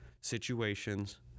situations